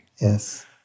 Yes